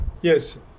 Yes